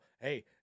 Hey